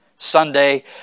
Sunday